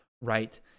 right